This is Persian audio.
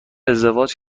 ازدواج